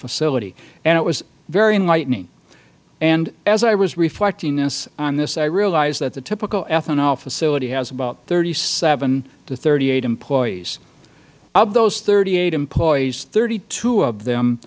facility and it was very enlightening and as i was reflecting on this i realized that the typical ethanol facility has about thirty seven to thirty eight employees of those thirty eight employees thirty two of them